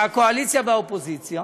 מהקואליציה והאופוזיציה: